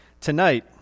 tonight